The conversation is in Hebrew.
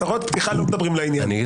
הצהרות פתיחה לא מדברים לעניין.